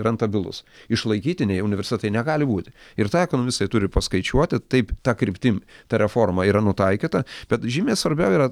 rentabilus išlaikytiniai universitetai negali būti ir tą ekonomistai turi paskaičiuoti taip ta kryptim ta reforma yra nutaikyta bet žymiai svarbiau yra